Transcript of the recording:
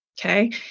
Okay